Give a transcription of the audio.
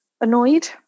annoyed